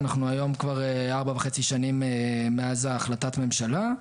אנחנו היום כבר ארבע שנים וחצי מאז החלטת הממשלה,